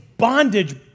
bondage